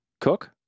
Cook